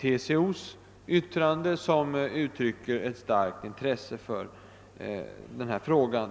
TCO:s yttrande, som uttrycker ett starkt intresse för den här frågan.